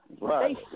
Right